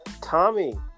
Tommy